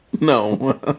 No